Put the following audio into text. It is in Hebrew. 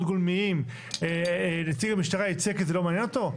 גולמיים נציג המשטרה יצא כי זה לא מעניין אותו?